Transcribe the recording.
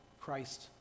Christ